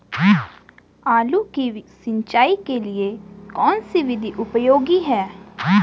आलू की सिंचाई के लिए कौन सी विधि उपयोगी है?